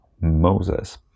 Moses